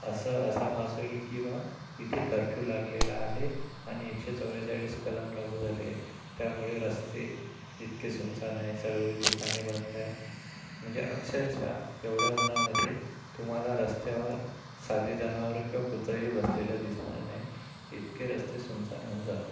असं असा भास होईल की बा इथे कर्फ्यू लागलेला आहे आणि एकशे चव्वेचाळीस कलम लागू झाली आहे त्यामुळे रस्ते इतके सुनसान आहे सर्व दुकाने बंद आहे म्हणजे अक्षरश एवढया उन्हामध्ये तुम्हाला रस्त्यावर साधी जनावरं किंवा कुत्रंही बसलेलं दिसणार नाही इतके रस्ते सुनसान होऊन जातात